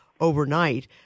overnight